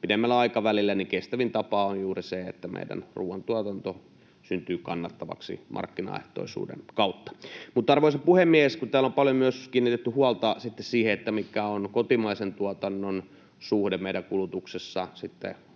pidemmällä aikavälillä kestävin tapa on juuri se, että meidän ruoantuotanto syntyy kannattavaksi markkinaehtoisuuden kautta. Mutta, arvoisa puhemies, täällä on paljon kiinnitetty huolta sitten myös siihen, mikä on meidän kulutuksessa